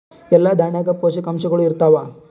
ಎಲ್ಲಾ ದಾಣ್ಯಾಗ ಪೋಷಕಾಂಶಗಳು ಇರತ್ತಾವ?